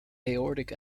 aortic